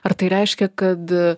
ar tai reiškia kad